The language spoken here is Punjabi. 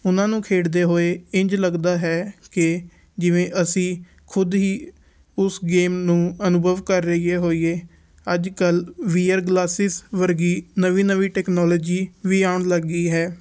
ਉਹਨਾਂ ਨੂੰ ਖੇਡਦੇ ਹੋਏ ਇੰਝ ਲੱਗਦਾ ਹੈ ਕਿ ਜਿਵੇਂ ਅਸੀਂ ਖੁਦ ਹੀ ਉਸ ਗੇਮ ਨੂੰ ਅਨੁਭਵ ਕਰ ਰਹੀਏ ਹੋਈਏ ਅੱਜ ਕੱਲ੍ਹ ਵੀਅਰ ਗਲਾਸਿਸ ਵਰਗੀ ਨਵੀਂ ਨਵੀਂ ਟੈਕਨੋਲੋਜੀ ਵੀ ਆਉਣ ਲੱਗ ਗਈ ਹੈ